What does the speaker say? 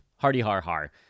Hardy-har-har